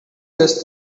just